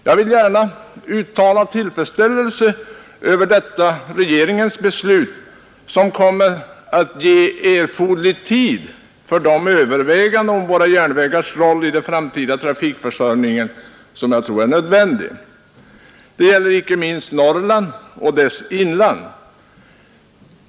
Jag vill gärna uttrycka min tillfredsställelse över detta regeringens beslut, som kommer att ge erforderlig tid för de överväganden om våra järnvägars roll i den framtida trafikförsörjningen som jag tror är nödvändiga. Det gäller icke minst Norrland och dess inland.